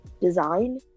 design